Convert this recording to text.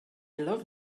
love